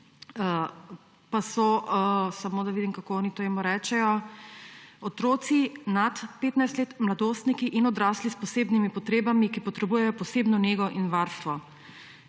pa so – samo da vidim, kako oni temu rečejo – otroci nad 15 let, mladostniki in odrasli s posebnimi potrebami, ki potrebujejo posebno nego in varstvo.